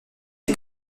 est